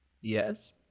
Yes